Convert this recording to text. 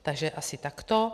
Takže asi takto.